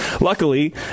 Luckily